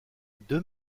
deux